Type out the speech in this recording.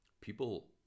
people